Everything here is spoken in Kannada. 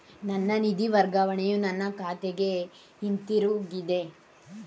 ನನ್ನ ನಿಧಿ ವರ್ಗಾವಣೆಯು ನನ್ನ ಖಾತೆಗೆ ಹಿಂತಿರುಗಿದೆ